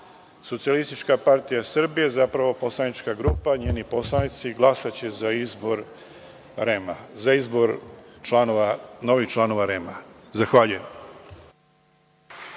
Socijalistička partija Srbije, zapravo poslanička grupa, njeni poslanici, glasaće za izbor novih članova REM-a. Zahvaljujem.